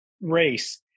race